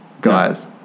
guys